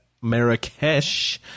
Marrakesh